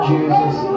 Jesus